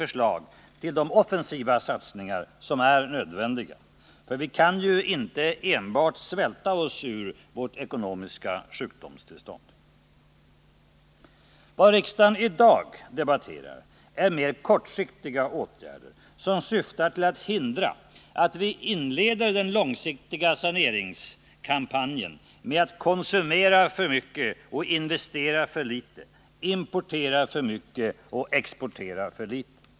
förslag till de offensiva satsningar som är nödvändiga. Vi kan ju inte enbart svälta oss ur vårt ekonomiska sjukdomstillstånd. Vad riksdagen i dag debatterar är mer kortsiktiga åtgärder som syftar till att hindra att vi inleder den långsiktiga saneringskampanjen med att konsumera för mycket och investera för litet, importera för mycket och exportera för litet.